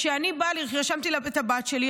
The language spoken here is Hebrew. כשאני רשמתי את הבת שלי,